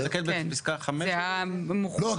לא,